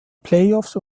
playoffs